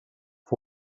que